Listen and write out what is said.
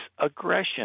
aggression